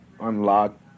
unlocked